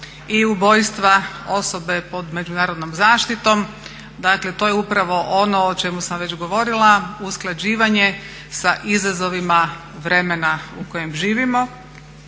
i ubojstva osobe pod međunarodnom zaštitom. Dakle to je upravo ono o čemu sam već govorila, usklađivanje sa izazovima vremena u kojem živimo.